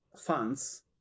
funds